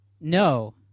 no